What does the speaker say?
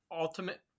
ultimate